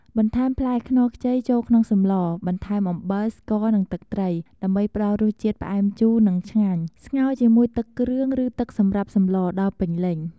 បន្ថែមផ្លែខ្នុរខ្ចីចូលក្នុងសម្ល បន្ថែមអំបិល ស្ករ និងទឹកត្រី ដើម្បីផ្តល់រសជាតិផ្អែមជូរ និងឆ្ងាញ់ ស្ងោរជាមួយទឹកគ្រឿង ឬទឹកសម្រាប់សម្លរដល់ពេញ លេញ។